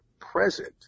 present